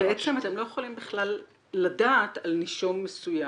בעצם אתם לא יכולים בכלל לדעת על נישום מסוים